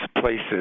places